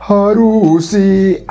Harusi